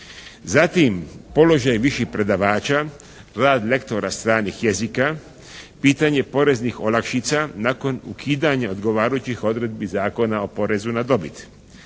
Zatim, položaj viših predavača, lektora stranih jezika, pitanje poreznih olakšica nakon ukidanja odgovarajućih odredbi Zakona o porezu na dobit.